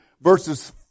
verses